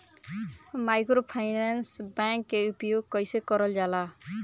Microfinance bank के उपयोग कइसे कइल जाला?